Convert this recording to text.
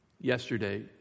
Yesterday